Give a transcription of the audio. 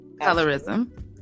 Colorism